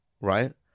right